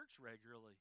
regularly